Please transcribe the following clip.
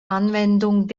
anwendung